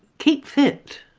keep fit